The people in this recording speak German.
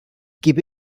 gebe